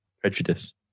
prejudice